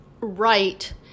right